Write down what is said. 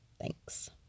thanks